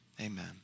amen